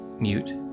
mute